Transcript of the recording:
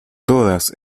todas